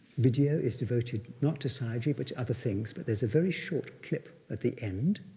video is devoted not to sayagyi, but to other things, but there's a very short clip at the end,